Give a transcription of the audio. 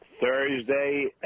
Thursday